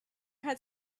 had